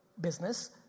business